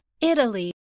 Italy